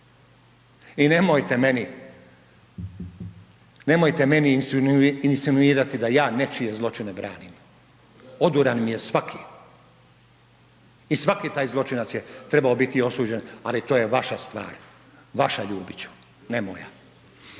nemojte meni insinuirati da ja nečije zločine branim, oduran mi je svaki i svaki taj zločinac je trebao biti osuđen, ali to je vaša stvar, vaša Ljubiću, ne moja.